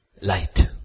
light